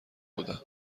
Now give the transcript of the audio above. بودم